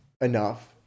enough